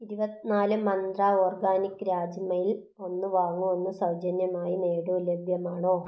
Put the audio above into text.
ഇരുപത്തിനാല് മന്ത്ര ഓർഗാനിക് രാജ്മയിൽ ഒന്ന് വാങ്ങൂ ഒന്ന് സൗജന്യമായി നേടൂ ലഭ്യമാണോ